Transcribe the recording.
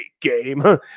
game